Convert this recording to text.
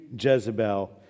Jezebel